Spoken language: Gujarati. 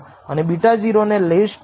તેથી તે તે જ છે જે સ્ટાર સૂચવે છે